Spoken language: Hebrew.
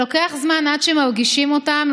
לוקח זמן עד שמרגישים אותם,